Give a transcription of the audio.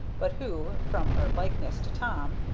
but who, from her likeness to tom,